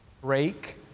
Break